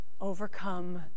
overcome